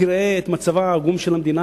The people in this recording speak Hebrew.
תראה את מצבה העגום של המדינה,